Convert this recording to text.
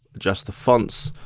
adjust the fonts,